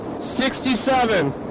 sixty-seven